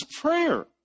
prayer